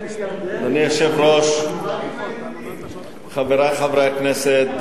אדוני היושב-ראש, חברי חברי הכנסת,